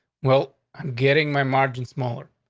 well, i'm getting my margin smaller.